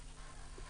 זה.